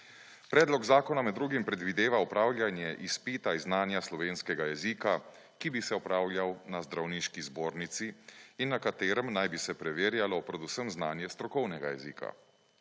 Predlog zakona med drugim predvideva opravljanje izpita iz znanja slovenskega jezika, ki bi se opravljal na zdravniški zbornici na katerem naj bi se preverjalo predvsem znanje strokovnega jezika.